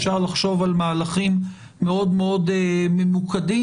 אפשר לחשוב על מהלכים מאוד ממוקדים